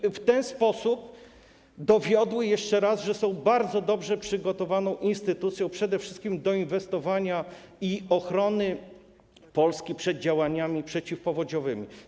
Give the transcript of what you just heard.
I w ten sposób dowiodły jeszcze raz, że są bardzo dobrze przygotowaną instytucją przede wszystkim do inwestowania i ochrony Polski przed działaniami przeciwpowodziowymi.